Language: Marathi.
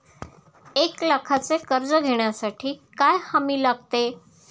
एक लाखाचे कर्ज घेण्यासाठी काय हमी लागते?